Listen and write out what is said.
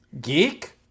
Geek